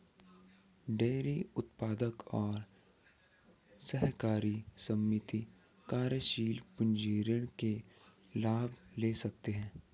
dairy उत्पादक और सहकारी समिति कार्यशील पूंजी ऋण के लाभ ले सकते है